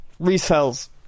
resells